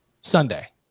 Sunday